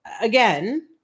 again